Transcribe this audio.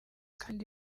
kandi